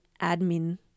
admin